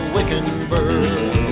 Wickenburg